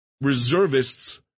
reservists